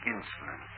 Insulin